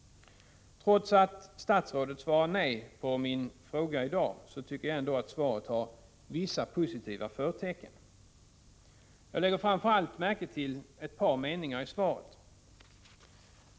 Trots att statsrådet svarar nej på min fråga i dag, tycker jag att svaret har vissa positiva förtecken. Jag lägger framför allt märke till ett par meningar i svaret.